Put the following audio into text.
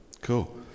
cool